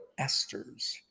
esters